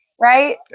right